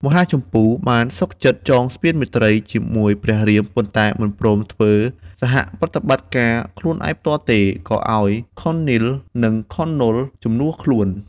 មហាជម្ពូ បានសុខចិត្តចងស្ពានមេត្រីជាមួយព្រះរាម ប៉ុន្តែមិនព្រមធ្វើសហប្រតិបត្តិការខ្លួនឯងផ្ទាល់ទេ ក៏ឱ្យខុននីល និងខុននលជំនួសខ្លួន។